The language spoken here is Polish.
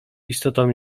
istotą